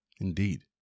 Indeed